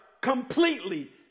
completely